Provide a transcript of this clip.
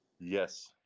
Yes